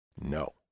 No